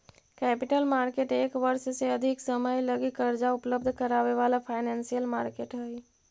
capital market एक वर्ष से अधिक समय लगी कर्जा उपलब्ध करावे वाला फाइनेंशियल मार्केट हई